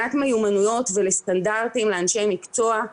סדר היום, מה על סדר היום.